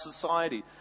society